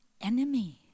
enemy